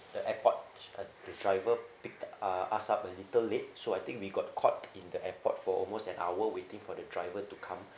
the airport uh the driver picked uh us up a little late so I think we got caught in the airport for almost an hour waiting for the driver to come